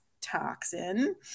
toxin